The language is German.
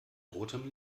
rotem